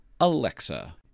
Alexa